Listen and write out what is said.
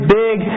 big